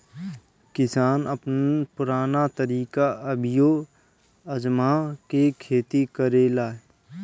किसान अपन पुरान तरीका अभियो आजमा के खेती करेलें